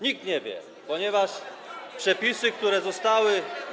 Nikt nie wie, ponieważ przepisy, które zostały.